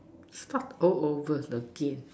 stop all over the K